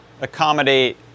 accommodate